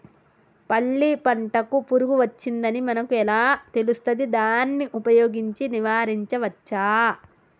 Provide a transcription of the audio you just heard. పల్లి పంటకు పురుగు వచ్చిందని మనకు ఎలా తెలుస్తది దాన్ని ఉపయోగించి నివారించవచ్చా?